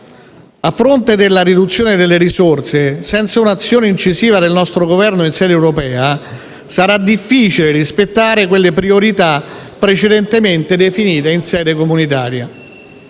A fronte della riduzione delle risorse, senza un'azione incisiva del nostro Governo in sede europea, sarà difficile rispettare quelle priorità precedentemente definite in sede comunitaria.